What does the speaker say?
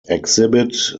exhibit